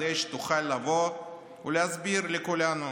כדי שתוכל לבוא ולהסביר לכולנו